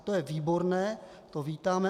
To je výborné, to vítáme.